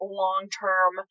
long-term